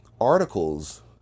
articles